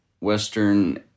Western